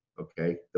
okay